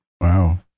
Wow